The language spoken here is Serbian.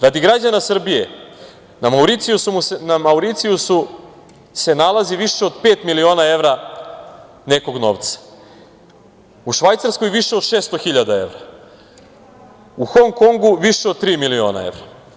Radi građana Srbije, na Mauricijusu se nalazi više od pet miliona evra nekog novca, u Švajcarskoj više od 600 hiljada evra, u Hong Kongu više od tri miliona evra.